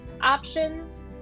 options